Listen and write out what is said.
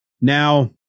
Now